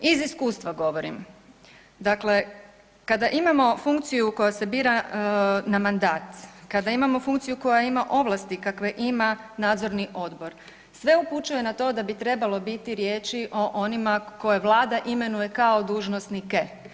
Iz iskustva govorim, dakle kada imamo funkciju koja se bira na mandat, kada imamo funkciju koja ima ovlasti kakve ima nadzorni odbor, sve upućuje na to da bi trebalo biti riječi o onima koje Vlada imenuje kao dužnosnike.